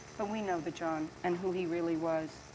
but we know the john and who he really was.